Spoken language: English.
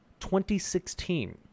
2016